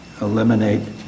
eliminate